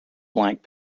blank